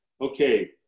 okay